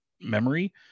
memory